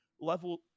level